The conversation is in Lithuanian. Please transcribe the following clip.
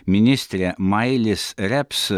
ministrė mailis reps